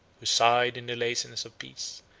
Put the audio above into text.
who sighed in the laziness of peace,